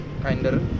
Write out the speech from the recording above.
kinder